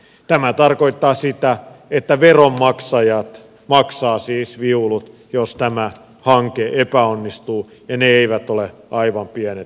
tämä tarkoittaa sitä että veronmaksajat siis maksavat viulut jos tämä hanke epäonnistuu ja ne eivät ole aivan pienet viulut